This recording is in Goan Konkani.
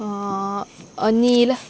अनिल